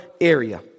area